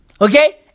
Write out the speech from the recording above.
Okay